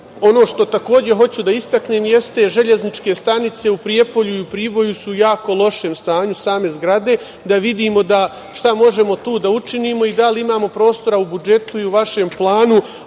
što, takođe, hoću da istaknem, železničke stanice u Prijepolju i Priboju su u jako lošem stanju, same zgrade, da vidimo šta možemo tu da učinimo i da li imamo prostora u budžetu i u vašem planu.